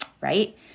Right